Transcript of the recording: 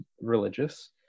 religious